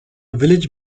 village